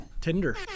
Tinder